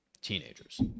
teenagers